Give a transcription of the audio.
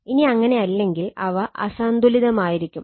ഇനി അങ്ങനെയല്ലെങ്കിൽ അവ അസന്തുലിതമായിരിക്കും